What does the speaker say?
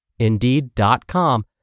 Indeed.com